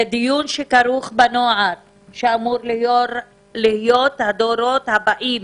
זה דיון שכרוך בנוער שאמור להיות הדורות הבאים.